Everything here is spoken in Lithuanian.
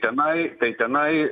tenai tai tenai